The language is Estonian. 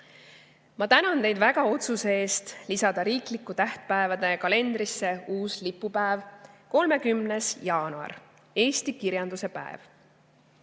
Ma tänan teid väga otsuse eest lisada riiklike tähtpäevade kalendrisse uus lipupäev: 30. jaanuar, eesti kirjanduse päev.